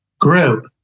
group